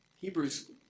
Hebrews